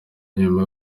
nyuma